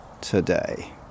today